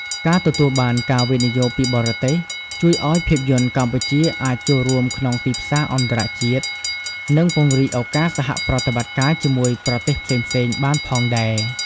ការទទួលបានការវិនិយោគពីបរទេស ជួយឱ្យភាពយន្តកម្ពុជាអាចចូលរួមក្នុងទីផ្សារអន្តរជាតិ និងពង្រីកឱកាសសហប្រតិបត្តិការជាមួយប្រទេសផ្សេងៗបានផងដែរ។